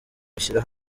bishyira